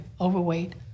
overweight